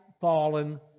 fallen